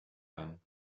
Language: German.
ein